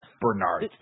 Bernard